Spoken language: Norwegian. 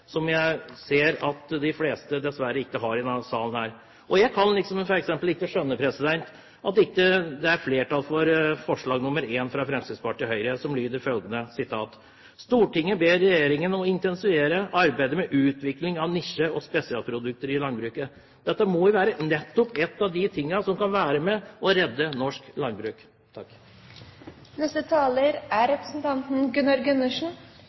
som jeg dessverre ser at de fleste i denne salen ikke har. Jeg kan f.eks. ikke skjønne at det ikke er flertall for forslag nr. 1, fra Fremskrittspartiet og Høyre, som lyder som følger: «Stortinget ber regjeringen om å intensivere arbeidet med utvikling av nisje- og spesialprodukter i landbruket.» Dette må jo være nettopp en av de tingene som kan være med på å redde norsk landbruk. Jeg tror påtroppende landbruksminister i 2005, Riis-Johansen, sa at ethvert nedlagt bruk i landbruket er